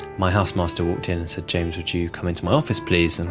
my housemaster walked in and said, james, would you you come into my office please? and